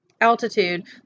altitude